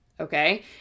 Okay